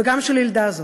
וגם של הילדה הזאת,